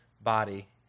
body